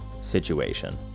situation